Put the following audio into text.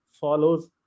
follows